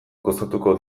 gozatuko